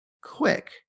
quick